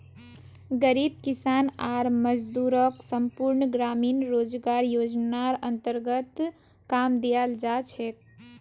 गरीब किसान आर मजदूरक संपूर्ण ग्रामीण रोजगार योजनार अन्तर्गत काम दियाल जा छेक